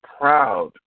proud